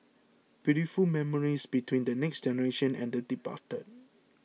beautiful memories between the next generation and the departed